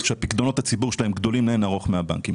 שפיקדונות הציבור שלהן גדולים לאין ערוך מאשר של הבנקים.